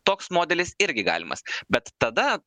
toks modelis irgi galimas bet tada